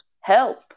help